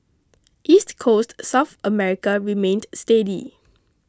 East Coast South America remained steady